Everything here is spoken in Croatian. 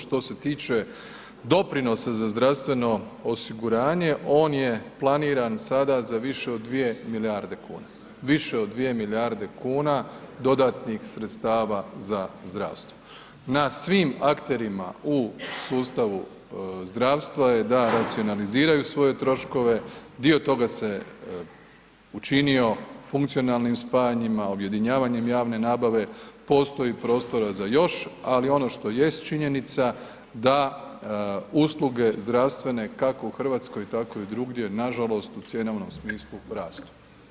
Što se tiče doprinosa za zdravstveno osiguranje, on je planiran sada za više od 2 milijarde kuna, više od 2 milijarde kuna dodatnih sredstava za zdravstvo, na svim akterima u sustavu zdravstva je da racionaliziraju svoje troškove, dio toga se učinio funkcionalnim spajanjima, objedinjavanjem javne nabave, postoji prostora za još, al ono što jest činjenica da usluge zdravstvene, kako u Hrvatskoj, tako i druge, nažalost, u cjenovnom smislu rastu.